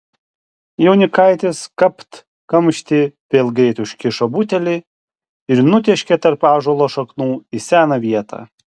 jaunikaitis kapt kamštį vėl greit užkišo butelį ir nutėškė tarp ąžuolo šaknų į seną vietą